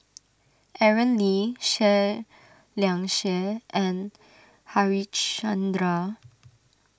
Aaron Lee Seah Liang Seah and Harichandra